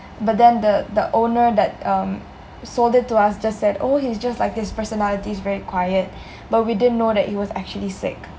but then the the owner that um sold it to us just said oh he's just like this personality's very quiet but we didn't know that it was actually sick